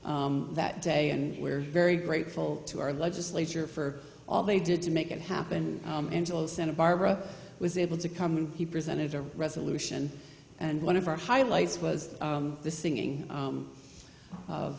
program that day and we're very grateful to our legislature for all they did to make it happen angela santa barbara was able to come and he presented a resolution and one of our highlights was the singing